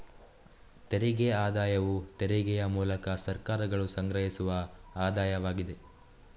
ತೆರಿಗೆ ಆದಾಯವು ತೆರಿಗೆಯ ಮೂಲಕ ಸರ್ಕಾರಗಳು ಸಂಗ್ರಹಿಸುವ ಆದಾಯವಾಗಿದೆ